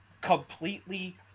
completely